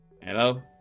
Hello